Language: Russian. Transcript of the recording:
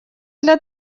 для